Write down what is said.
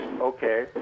Okay